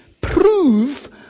prove